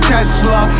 Tesla